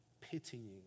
pitying